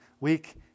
week